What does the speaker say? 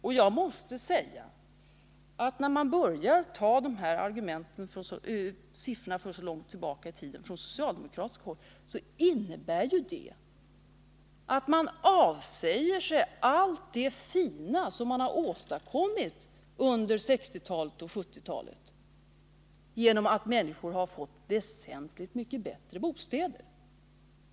När socialdemokraterna anför siffror över förhållandena så långt tillbaka i tiden, innebär det att man förnekar allt det fina man har åstadkommit under 1960-talet och 1970-talet genom att människor fått väsentligt bättre bostäder.